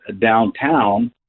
downtown